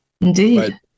indeed